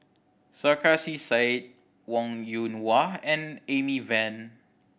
Sarkasi Said Wong Yoon Wah and Amy Van